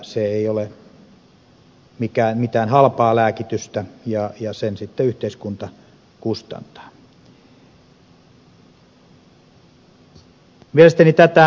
se ei ole mitään halpaa lääkitystä ja sen sitten yhteiskunta kustantaa